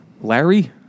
Larry